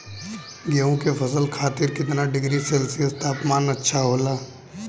गेहूँ के फसल खातीर कितना डिग्री सेल्सीयस तापमान अच्छा होला?